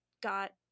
got